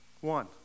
One